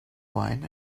wine